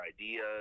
ideas